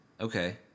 okay